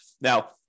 Now